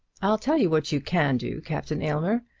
i'll tell you what you can do, captain aylmer.